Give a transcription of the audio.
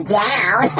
down